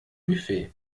buffet